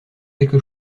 quelque